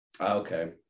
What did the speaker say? Okay